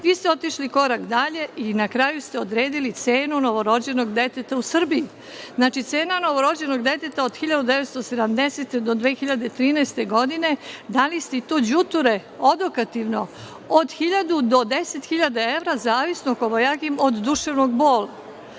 vi ste otišli korak dalje i na kraju ste odredili cenu novorođenog deteta u Srbiji. Znači, cena novorođenog deteta od 1970. do 2013. godine, dali ste i to đuture odokativno, od 1.000 do 10.000 evra zavisno kobajagi od duševnog bola,